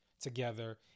together